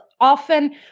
Often